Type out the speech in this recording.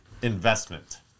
Investment